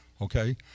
okay